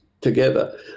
together